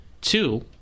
two